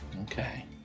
okay